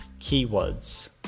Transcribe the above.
keywords